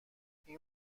این